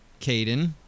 Caden